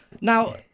now